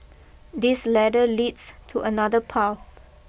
this ladder leads to another path